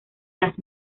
las